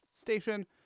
station